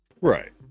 Right